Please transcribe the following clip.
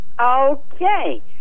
Okay